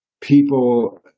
people